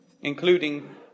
Including